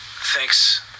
thanks